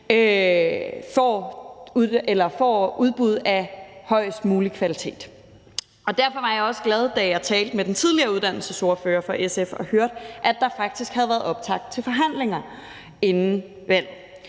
får et udbud af højest mulige kvalitet. Derfor var jeg også glad, da jeg talte med den tidligere uddannelsesordfører for SF og hørte, at der faktisk havde været optakt til forhandlinger inden valget.